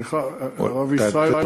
סליחה, הרב ישראל אייכלר.